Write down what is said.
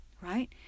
right